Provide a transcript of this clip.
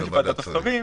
לוועדת השרים,